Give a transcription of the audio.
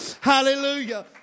hallelujah